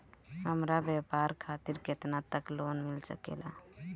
हमरा व्यापार खातिर केतना तक लोन मिल सकेला?